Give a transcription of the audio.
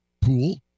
pool